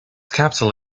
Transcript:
capital